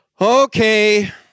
Okay